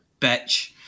Bitch